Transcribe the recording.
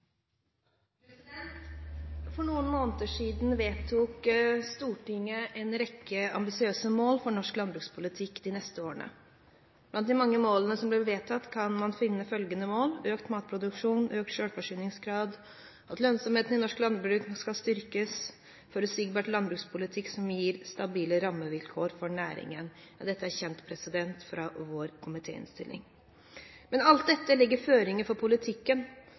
For noen måneder siden vedtok Stortinget en rekke ambisiøse mål for norsk landbrukspolitikk de neste årene. Blant de mange målene som ble vedtatt, kan man finne følgende: økt matproduksjon, økt selvforsyningsgrad, at lønnsomheten i norsk landbruk skal styrkes, og forutsigbar landbrukspolitikk som gir stabile rammevilkår for næringen. Dette er kjent fra vår komitéinnstilling. Alt dette legger føringer for politikken